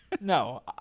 No